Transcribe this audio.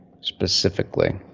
specifically